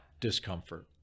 discomfort